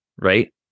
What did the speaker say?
Right